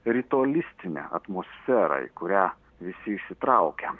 ritualistinę atmosferą į kurią visi įsitraukiam